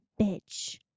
Bitch